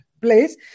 place